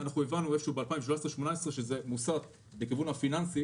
הבנו ב-2017 2018 שזה מוסט לכיוון הפיננסי